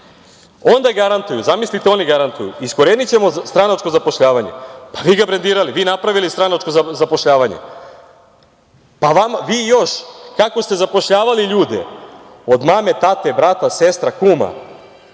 garantuju, zamislite oni garantuju, iskorenićemo stranačko zapošljavanje, pa vi ga brendirali, vi napravili stranačko zapošljavanje. Kako ste zapošljavali ljude, od mame, tate, brata, sestre, kuma,